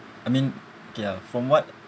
I mean kay ya from what